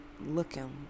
looking